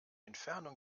entfernung